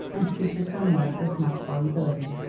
and speeches were made with much volubility.